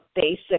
basic